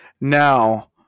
Now